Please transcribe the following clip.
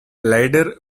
lieder